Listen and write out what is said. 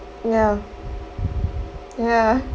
ya ya